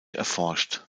erforscht